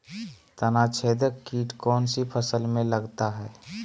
तनाछेदक किट कौन सी फसल में लगता है?